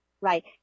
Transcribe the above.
Right